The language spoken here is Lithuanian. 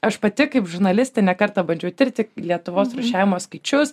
aš pati kaip žurnalistė ne kartą bandžiau tirti lietuvos rūšiavimo skaičius